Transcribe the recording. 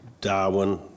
Darwin